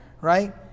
Right